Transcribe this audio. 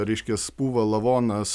reiškias pūva lavonas